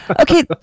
Okay